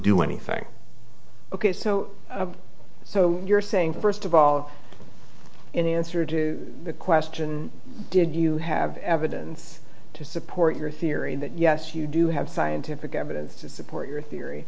do anything ok so so you're saying first of all in answer to the question did you have evidence to support your theory that yes you do have scientific evidence to support your theory